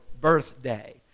birthday